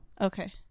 Okay